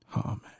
Amen